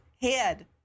head